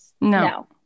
no